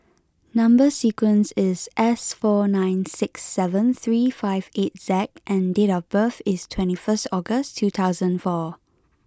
number sequence is S four nine six seven three five eight Z and date of birth is twenty first August two thousand and four